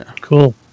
Cool